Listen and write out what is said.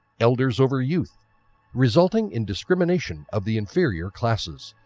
elders over youth resulting in discrimination of the inferior classes.